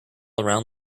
around